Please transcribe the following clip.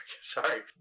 Sorry